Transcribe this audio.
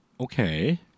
Okay